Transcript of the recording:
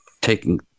taking